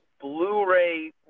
Blu-ray